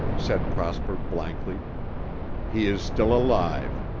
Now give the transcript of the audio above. said prosper blankly he is still alive.